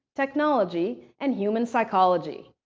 technology, and human psychology.